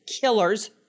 killers